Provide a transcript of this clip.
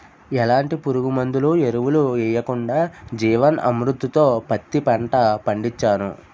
ఎలాంటి పురుగుమందులు, ఎరువులు యెయ్యకుండా జీవన్ అమృత్ తో పత్తి పంట పండించాను